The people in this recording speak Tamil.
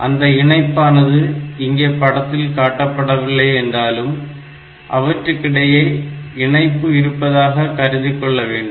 அந்த இணைப்பானது இங்கே படத்தில் காட்டப்படவில்லை என்றாலும் அவற்றுக்கிடையே இணைப்பு இருப்பதாக கருதிக்கொள்ள வேண்டும்